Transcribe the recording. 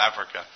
Africa